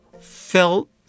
felt